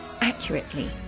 accurately